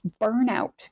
burnout